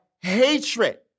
hatred